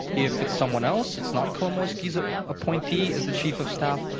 if it's someone else, it's not kolomoiskyi's ah appointee as the chief of staff,